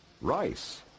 rice